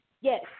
Yes